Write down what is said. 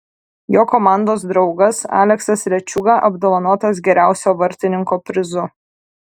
jo komandos draugas aleksas rečiūga apdovanotas geriausio vartininko prizu